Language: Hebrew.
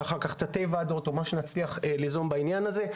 אחר כך תתי וועדות או מה שנצליח ליזום בעניין הזה.